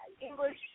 English